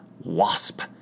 WASP